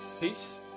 Peace